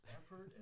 effort